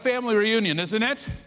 family reunion, isn't it?